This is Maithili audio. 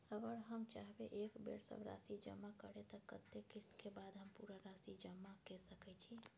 अगर हम चाहबे एक बेर सब राशि जमा करे त कत्ते किस्त के बाद हम पूरा राशि जमा के सके छि?